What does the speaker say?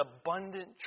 abundant